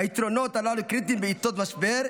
היתרונות הללו קריטיים בעיתות משבר,